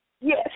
Yes